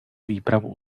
výpravu